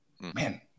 man